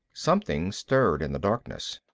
something stirred in the darkness.